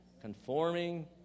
Conforming